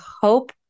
hope